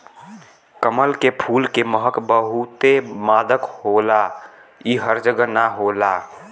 कमल के फूल के महक बहुते मादक होला इ हर जगह ना होला